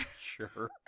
Sure